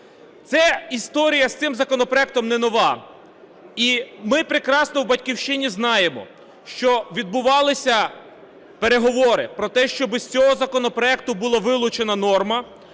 Історія з цим законопроектом не нова, і ми прекрасно в "Батьківщині" знаємо, що відбувалися переговори про те, щоб із цього законопроекту була вилучена норма,